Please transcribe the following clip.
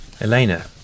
Elena